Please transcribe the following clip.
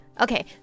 Okay